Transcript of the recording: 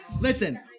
Listen